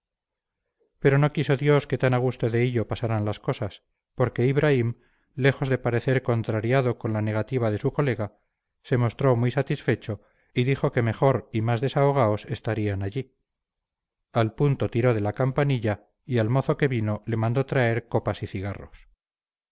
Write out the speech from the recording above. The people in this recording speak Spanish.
pero no quiso dios que tan a gusto de hillo pasaran las cosas porque ibraim lejos de parecer contrariado por la negativa de su colega se mostró muy satisfecho y dijo que mejor y másdesahogaos estarían allí al punto tiró de la campanilla y al mozo que vino le mandó traer copas y cigarros